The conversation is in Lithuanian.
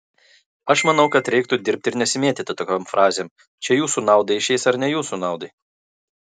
aš manau kad reiktų dirbti ir nesimėtyti tokiom frazėm čia jūsų naudai išeis ar ne jūsų naudai